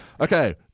Okay